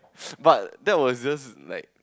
but that was just like